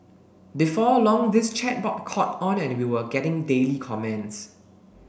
before long this chat board caught on and we were getting daily comments